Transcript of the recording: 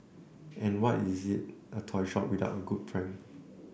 and what is a toy shop without a good prank